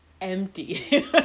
empty